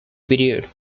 period